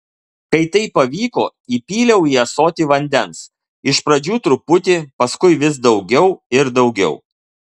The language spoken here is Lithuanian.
kai tai pavyko įpyliau į ąsotį vandens iš pradžių truputį paskui vis daugiau ir daugiau